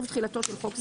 ערב תחילתו של חוק זה,